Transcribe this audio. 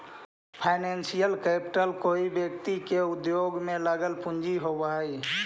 financial capital कोई व्यक्ति के उद्योग में लगल पूंजी होवऽ हई